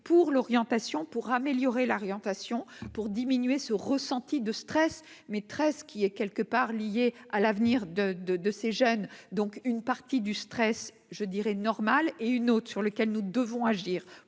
pour l'orientation pour améliorer l'argumentation pour diminuer ce ressenti de stress maîtresse qui est quelque part lié à l'avenir de, de, de ces jeunes, donc une partie du stress, je dirais normale et une autre sur lequel nous devons agir